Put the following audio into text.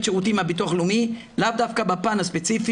שירותים מהביטוח הלאומי לאו דווקא בפן הספציפי,